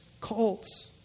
cults